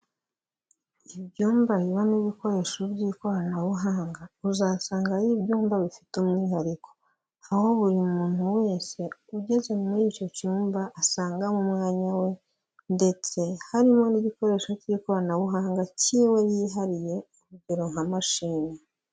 Ibyumba bibamo ibikoresho by'ikoranabuhanga, uzasanga ari ibyumba bifite umwihariko, aho buri muntu wese ugeze muri icyo cyumba asangamo umwanya we ndetse harimo n'igikoresho cy'ikoranabuhanga cy'iwe yihariye, urugero nka mashini.